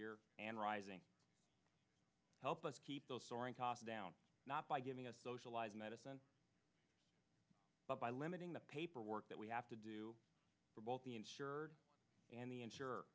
year and rising help us keep those soaring costs down not by giving us socialized medicine but by limiting the paperwork that we have to do for both the insured and the